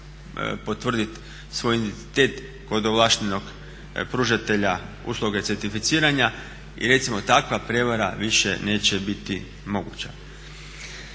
potvrditi svoj identitet kod ovlaštenog pružatelja usluge certificiranja i recimo takva prevara više neće biti moguća.